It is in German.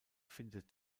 findet